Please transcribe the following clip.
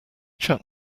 chat